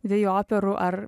dviejų operų ar